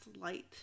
light